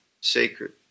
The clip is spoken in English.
sacred